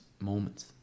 moments